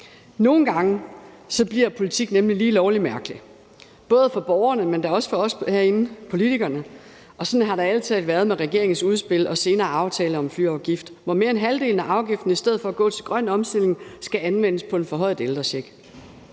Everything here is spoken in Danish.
Nogle gange bliver politik nemlig lige lovlig mærkeligt, både for borgerne, men da også for os herinde, politikerne. Og sådan har det ærlig talt været med regeringens udspil og senere aftale om en flyafgift, hvor mere end halvdelen af afgiften i stedet for at gå til grøn omstilling skal anvendes på en forhøjet ældrecheck.